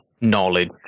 knowledge